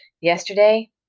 Yesterday